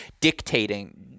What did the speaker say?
dictating